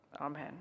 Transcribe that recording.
Amen